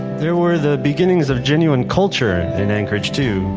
there were the beginnings of genuine culture in anchorage too,